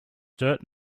dirt